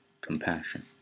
compassion